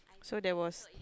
so there was